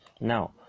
now